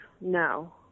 No